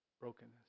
brokenness